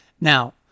Now